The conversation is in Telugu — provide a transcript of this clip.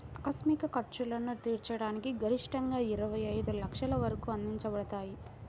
ఆకస్మిక ఖర్చులను తీర్చడానికి గరిష్టంగాఇరవై ఐదు లక్షల వరకు అందించబడతాయి